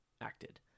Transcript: acted